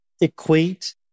equate